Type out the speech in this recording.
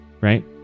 right